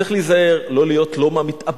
צריך להיזהר לא להיות מהמתאבדים